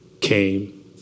came